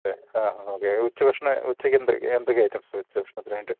ആ ഓക്കെ ഉച്ചഭക്ഷണം ഉച്ചക്ക് എന്തൊ എന്തൊക്കെയാണ് ഐറ്റംസ് ഉച്ചഭക്ഷണത്തിനായിട്ട്